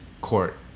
court